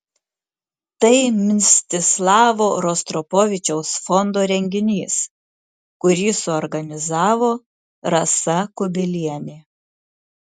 tai mstislavo rostropovičiaus fondo renginys kurį suorganizavo rasa kubilienė